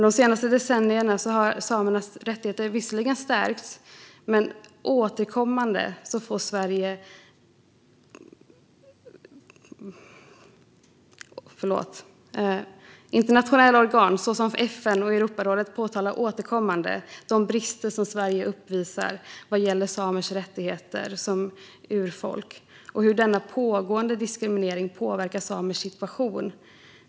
De senaste decennierna har samernas rättigheter visserligen stärkts, men internationella organ som FN och Europarådet påtalar återkommande de brister som Sverige uppvisar vad gäller samers rättigheter som urfolk och hur denna pågående diskriminering påverkar samers situation.